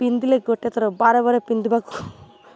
ପିନ୍ଧିଲେ ଗୋଟେ ଥର ବାର ବାର ପିନ୍ଧିବାକୁ